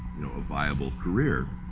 you know, a viable career.